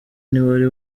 ntiwari